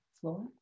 floor